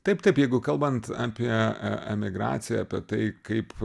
taip taip jeigu kalbant apie e emigraciją apie tai kaip